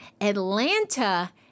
atlanta